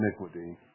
iniquity